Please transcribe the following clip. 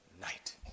night